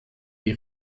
die